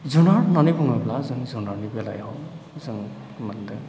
जुनार होननानै बुङोब्ला जों जुनारनि बेलायाव जों मोनदों